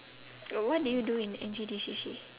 uh what did you do in N_C_D_C_C